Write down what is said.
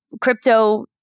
crypto